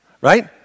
right